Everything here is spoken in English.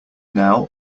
now